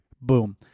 Boom